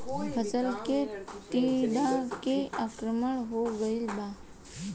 फसल पे टीडा के आक्रमण हो गइल बा?